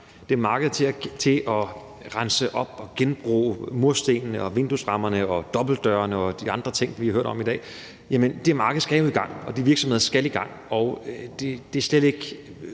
at det marked til at rense op og genbruge murstenene og vinduesrammerne og dobbeltdørene og de andre ting, vi har hørt om i dag, jo skal i gang, og virksomheder i branchen skal i gang. Det er slet ikke